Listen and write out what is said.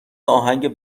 آهنگ